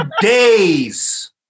days